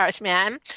man